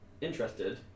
Interested